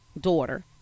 daughter